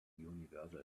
universal